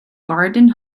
garden